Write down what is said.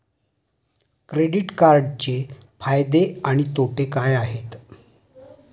Credit कार्डचे फायदे आणि तोटे काय आहेत?